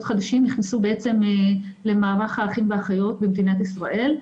חדשים נכנסים למערך האחים ואחיות במדינת ישראל.